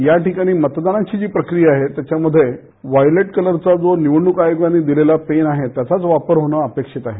याठिकाणी मतदानाची प्रक्रिया आहे त्याच्यामध्ये वायलेट कलरच्या जो निवडणूक आयोगाने दिलेला पेन आहे त्याचाच वापर होणे अपेक्षित आहे